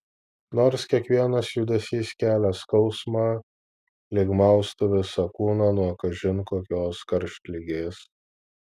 nors kiekvienas judesys kelia skausmą lyg maustų visą kūną nuo kažin kokios karštligės